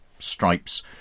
stripes